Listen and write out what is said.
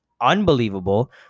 unbelievable